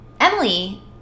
emily